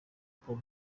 paul